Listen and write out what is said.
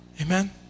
Amen